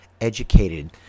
educated